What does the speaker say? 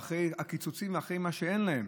אחרי הקיצוצים ואחרי מה שאין להם.